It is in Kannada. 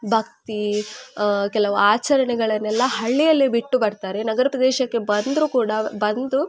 ಭಕ್ತಿ ಕೆಲವು ಆಚರಣೆಗಳನ್ನೆಲ್ಲ ಹಳ್ಳಿಯಲ್ಲಿಯೇ ಬಿಟ್ಟು ಬರ್ತಾರೆ ನಗರ ಪ್ರದೇಶಕ್ಕೆ ಬಂದರು ಕೂಡ ಬಂದು